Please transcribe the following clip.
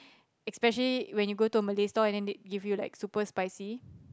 especially when you go to Malay stall and they give you like super spicy